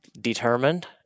determined